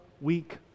week